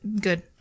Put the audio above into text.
Good